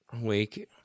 Week